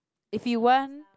if you want